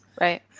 Right